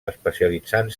especialitzant